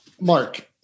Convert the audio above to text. Mark